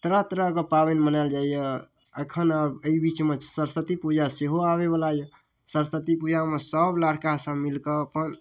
तरह तरहके पाबनि मनायल जाइए एखन एहि बीचमे सरस्वती पूजा सेहो आबैवला यऽ सरस्वती पूजामे सब लड़िका सब मिलिकऽ अपन